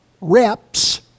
reps